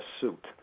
Suit